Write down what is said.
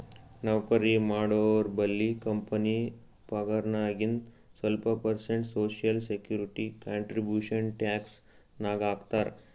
ನೌಕರಿ ಮಾಡೋರ್ಬಲ್ಲಿ ಕಂಪನಿ ಪಗಾರ್ನಾಗಿಂದು ಸ್ವಲ್ಪ percent social security contribution tax ನಾಗ್ ಹಾಕ್ತಾರ್